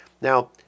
Now